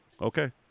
Okay